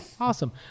awesome